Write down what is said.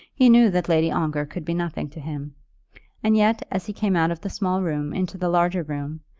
he knew that lady ongar could be nothing to him and yet, as he came out of the small room into the larger room,